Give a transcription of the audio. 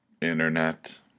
Internet